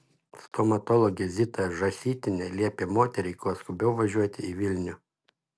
stomatologė zita žąsytienė liepė moteriai kuo skubiau važiuoti į vilnių